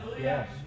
Yes